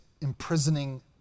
imprisoning